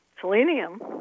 Selenium